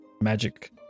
magic